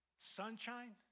sunshine